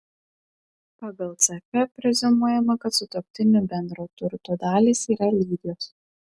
pagal ck preziumuojama kad sutuoktinių bendro turto dalys yra lygios